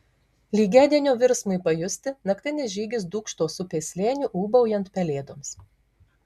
lygiadienio virsmui pajusti naktinis žygis dūkštos upės slėniu ūbaujant pelėdoms